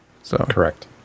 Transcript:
Correct